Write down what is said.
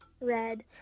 Red